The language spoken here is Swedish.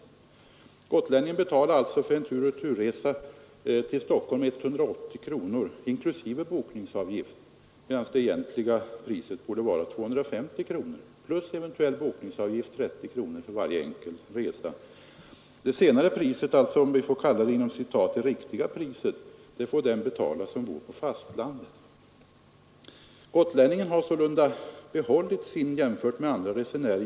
Gotlänningen betalar alltså för en tur och retur-resa till Stockholm 180 kronor inklusive bokningsavgift, medan det egentliga priset borde vara 250 kronor plus eventuell bokningsavgift på 30 kronor för varje enkel resa. Det senare priset — vi kan kalla det ”det riktiga priset” — får alltså den betala som bor på fastlandet. Gotlänningen har sålunda behållit sin gynnsamma ställning jämfört med andra resenärer.